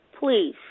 please